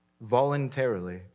voluntarily